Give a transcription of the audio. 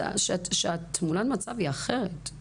שתמונת המצב היא אחרת.